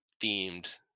themed